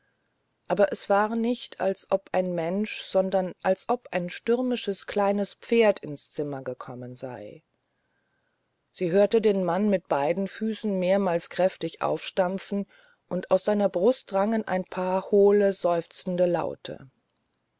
aber es war nicht als ob ein mensch sondern als ob ein stürmisches kleines pferd ins zimmer gekommen sei sie hörte den mann mit beiden füßen mehrmals kräftig aufstampfen und aus seiner brust drangen ein paar hohle seufzende laute